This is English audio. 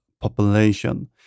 population